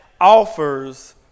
offers